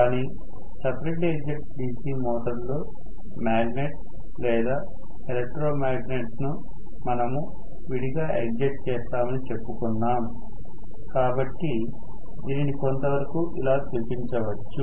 కానీ separately excited DC మోటారులో magnet లేదా ఎలక్ట్రో మాగ్నెట్ ను మనము విడిగా ఎగ్జైట్ చేస్తామని చెప్పుకున్నాం కాబట్టి దీనిని కొంతవరకు ఇలా చూపించవచ్చు